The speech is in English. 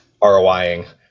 ROIing